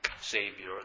savior